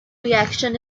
reaction